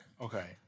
Okay